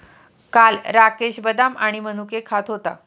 काल राकेश बदाम आणि मनुके खात होता